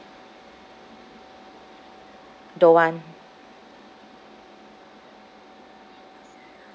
don't want